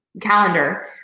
calendar